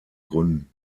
gründen